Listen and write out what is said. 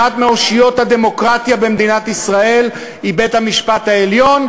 אחת מאושיות הדמוקרטיה במדינת ישראל היא בית-המשפט העליון,